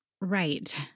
Right